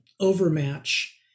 overmatch